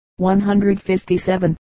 157